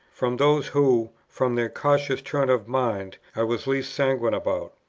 from those who, from their cautious turn of mind, i was least sanguine about.